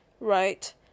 Right